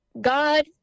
God